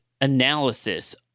analysis